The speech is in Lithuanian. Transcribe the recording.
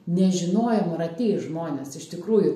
nežinojom ar ateis žmonės iš tikrųjų